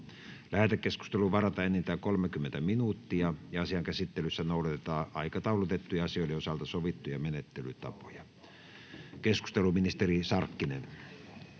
Lähetekeskusteluun varataan enintään 30 minuuttia. Asian käsittelyssä noudatetaan aikataulutettujen asioiden osalta sovittuja menettelytapoja. — Keskusteluun, ministeri Sarkkinen.